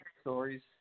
stories